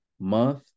month